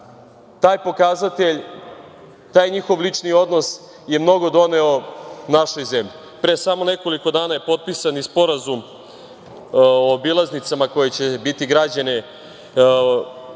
taj pokazatelj, taj njihov lični odnos je mnogo doneo našoj zemlji. Pre samo nekoliko dana je potpisan Sporazum o obilaznicama koje će biti građene